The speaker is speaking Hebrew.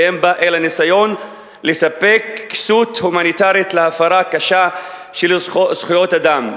ואין בה אלא ניסיון לספק כסות הומניטרית להפרה קשה של זכויות אדם.